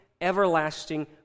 everlasting